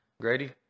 Grady